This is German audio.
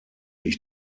ich